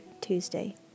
Tuesday